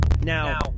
Now